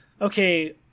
okay